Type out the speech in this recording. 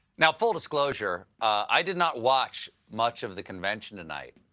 now, full disclosure, i did not watch much of the convention tonight.